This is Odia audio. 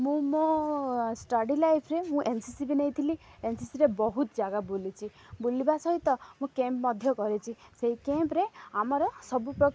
ମୁଁ ମୋ ଷ୍ଟଡ଼ି ଲାଇଫ୍ରେ ମୁଁ ଏନସିସି ବି ନେଇଥିଲି ଏନ୍ସିସିରେ ବହୁତ ଜାଗା ବୁଲିଛି ବୁଲିବା ସହିତ ମୁଁ କ୍ୟାମ୍ପ୍ ମଧ୍ୟ କରିଛି ସେଇ କ୍ୟାମ୍ପ୍ରେ ଆମର ସବୁ ପ୍ରକାର